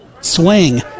swing